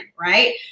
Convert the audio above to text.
right